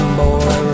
boy